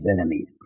enemies